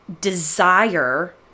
Desire